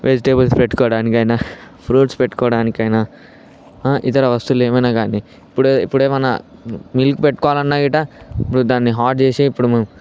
vegetables పెట్టుకోవడానికైనా fruits పెట్టుకోవడానికైనా ఇతర వస్తువులేమయిన గానీ ఇప్పుడే ఇప్పుడేమన్న మిల్క్ పెట్టుకోవాలన్నా గిట్టా ఇప్పుడు దాన్ని హాట్ చేసి ఇప్పుడు మేం